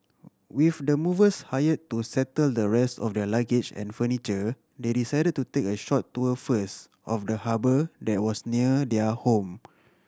with the movers hire to settle the rest of their luggage and furniture they decided to take a short tour first of the harbour that was near their home